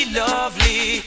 lovely